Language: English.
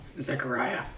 Zechariah